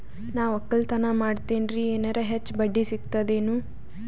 ನಾ ಒಕ್ಕಲತನ ಮಾಡತೆನ್ರಿ ಎನೆರ ಹೆಚ್ಚ ಬಡ್ಡಿ ಸಿಗತದೇನು?